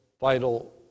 vital